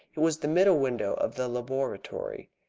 it was the middle window of the laboratory.